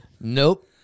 Nope